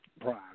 prime